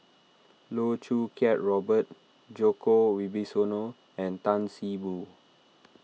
Loh Choo Kiat Robert Djoko Wibisono and Tan See Boo